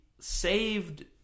saved